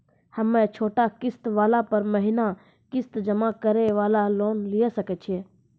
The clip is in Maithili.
हम्मय छोटा किस्त वाला पर महीना किस्त जमा करे वाला लोन लिये सकय छियै?